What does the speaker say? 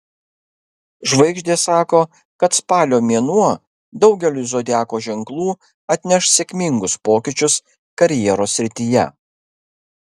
žvaigždės sako kad spalio mėnuo daugeliui zodiako ženklų atneš sėkmingus pokyčius karjeros srityje